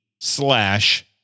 slash